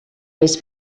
més